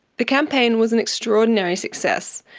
the campaign was an extraordinary success.